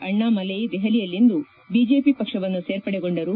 ಅಣ್ಣಾಮಲ್ಯೆ ದೆಹಲಿಯಲ್ಲಿಂದು ಬಿಜೆಪಿ ಪಕ್ಷವನ್ನು ಸೇರ್ಪಡೆಗೊಂಡರು